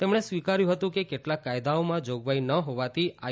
તેમણે સ્વીકાર્યું હતું કે કેટલાંક કાયદાઓમાં જાગવાઇ ન હોવાથી આઈ